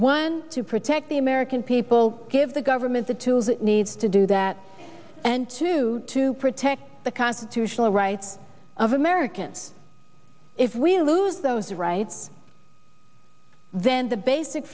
duty to protect the american people give the government the tools it needs to do that due to protect the constitutional rights of americans if we lose those rights then the basic